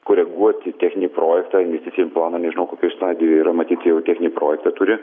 koreguoti techninį projektą investicinį planą nežinau kokioj stadijoj yra matyt jau techninį projektą turi